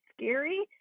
scary